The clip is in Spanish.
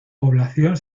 población